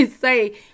say